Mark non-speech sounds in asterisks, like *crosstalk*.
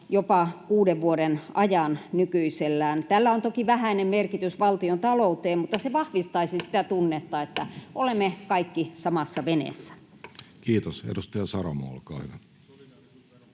jopa kuuden vuoden ajan nykyisellään. Tällä on toki vähäinen merkitys valtiontalouteen, *noise* mutta se vahvistaisi sitä tunnetta, että olemme kaikki samassa veneessä. Kiitos. — Edustaja Saramo, olkaa hyvä.